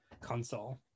console